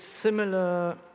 similar